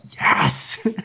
yes